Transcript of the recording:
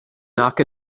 nac